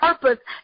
purpose